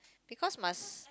because must